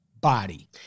body